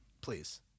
Please